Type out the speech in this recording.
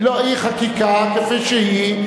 היא חקיקה כפי שהיא.